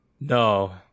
No